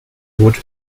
would